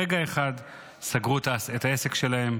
ברגע אחד סגרו את העסק שלהם,